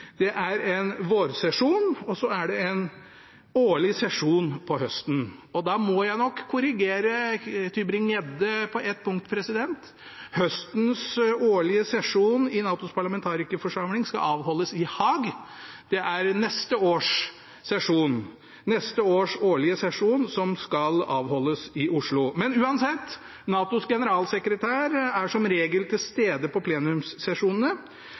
komitéreiser og en god del andre aktiviteter. Det er en vårsesjon og en årlig sesjon på høsten. Da må jeg nok korrigere representanten Tybring-Gjedde på ett punkt. Høstens årlige sesjon i NATOs parlamentarikerforsamling skal avholdes i Haag. Det er neste års årlige sesjon som skal avholdes i Oslo. Men uansett: NATOs generalsekretær er som regel til stede på plenumssesjonene,